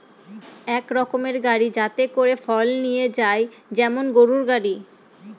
এক রকমের গাড়ি যাতে করে ফল নিয়ে যায় যেমন গরুর গাড়ি